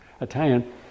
Italian